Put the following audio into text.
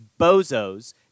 bozos